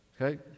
okay